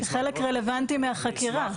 זה חלק רלבנטי מהחקירה.